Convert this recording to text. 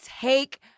take